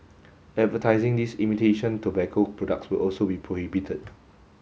advertising these imitation tobacco products will also be prohibited